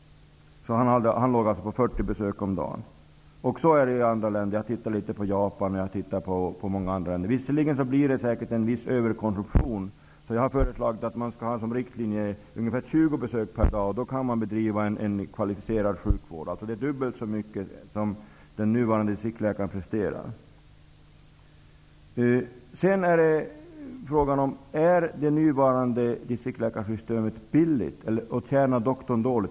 Han hade alltså 40 besök om dagen. Så är det även i andra länder. Jag har tittat litet på Japan och många andra länder. Visserligen blir det säkert en viss överkonsumtion. Därför har jag föreslagit att vi skall ha ungefär 20 besök per dag som riktlinje. Då kan man bedriva en kvalificerad sjukvård. Det är dubbelt så mycket som den nuvarande distriktsläkaren presterar. Sedan är frågan om det nuvarande distriktsläkarsystemet är billigt och om doktorn tjänar dåligt.